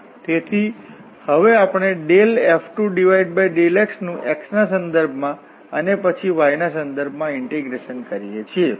તેથી હવે અમે F2∂x નું x ના સંદર્ભમાં અને પછી y ના સંદર્ભમાં ઇન્ટીગ્રેશન કરીએ છીએ